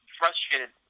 frustrated